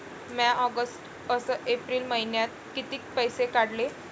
म्या ऑगस्ट अस एप्रिल मइन्यात कितीक पैसे काढले?